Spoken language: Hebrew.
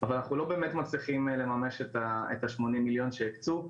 אבל אנחנו לא באמת מצליחים לממש את ה-80 מיליון שהקצו,